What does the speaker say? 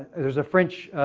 there's a french